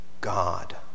God